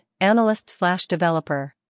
Analyst-slash-Developer